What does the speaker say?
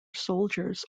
soldiers